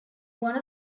one